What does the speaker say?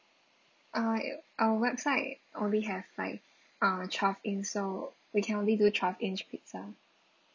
uh our website only have like uh twelve inch so we can only do twelve inch pizza